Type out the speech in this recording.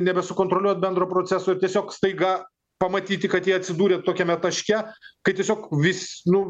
nebesukontroliuot bendro proceso ir tiesiog staiga pamatyti kad jie atsidūrė tokiame taške kai tiesiog vis nu